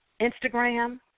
Instagram